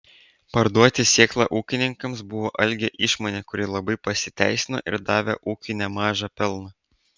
parduoti sėklą ūkininkams buvo algio išmonė kuri labai pasiteisino ir davė ūkiui nemažą pelną